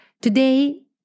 Today